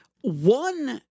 one